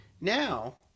now